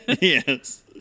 Yes